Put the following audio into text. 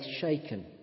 shaken